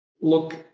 look